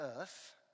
earth